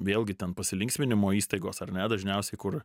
vėlgi ten pasilinksminimo įstaigos ar ne dažniausiai kur